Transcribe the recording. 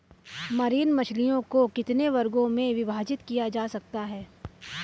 Marine मछलियों को कितने वर्गों में विभाजित किया जा सकता है?